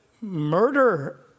murder